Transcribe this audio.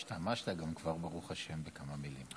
השתמשת גם כבר, ברוך השם, בכמה מילים.